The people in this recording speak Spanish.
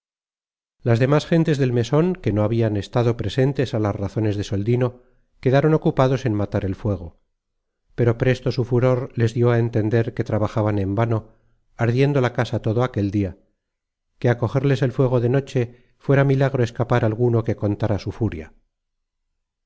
las demas gentes del meson que no habian estado presentes á las razones de soldino quedaron ocupados en matar el fuego pero presto su furor les dió á entender que trabajaban en vano ardiendo la casa todo aquel dia que á cogerles el fuego de noche fuera milagro escapar alguno que contara su furia